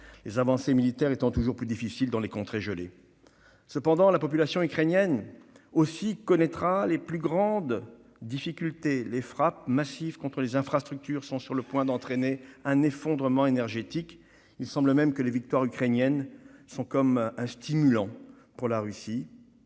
les avancées militaires étant toujours plus difficiles dans les contrées gelées. Cependant, la population ukrainienne aussi connaîtra les plus grandes difficultés. Les frappes massives contre les infrastructures sont sur le point d'entraîner un effondrement énergétique. Il semble même que les victoires ukrainiennes soient comme un stimulant pour la Russie,